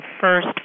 first